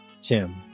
Tim